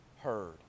heard